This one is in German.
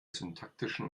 syntaktischen